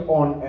on